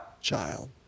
child